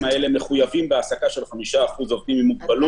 כל הגופים האלה מחויבים בהעסקה של 5% עובדים עם מוגבלות,